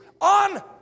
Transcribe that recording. on